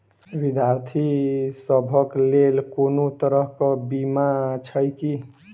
विद्यार्थी सभक लेल कोनो तरह कऽ बीमा छई की?